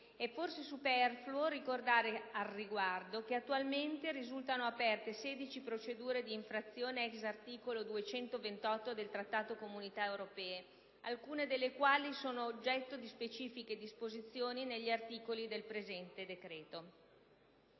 È forse superfluo ricordare al riguardo che attualmente risultano aperte 16 procedure d'infrazione ex articolo 228 del Trattato CE, alcune delle quali sono oggetto di specifiche disposizioni negli articoli del presente decreto.